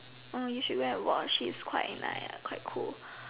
orh you should wear a watch it's quite nice quite cool